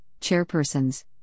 chairpersons